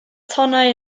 tonnau